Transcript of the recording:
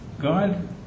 God